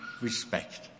respect